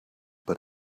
but